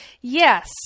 Yes